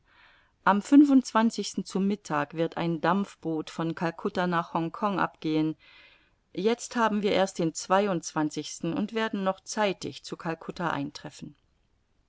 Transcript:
am zu mittag wird ein dampfboot von calcutta nach hongkong abgehen jetzt haben wir erst den zweiundzwanzig und werden noch zeitig zu calcutta eintreffen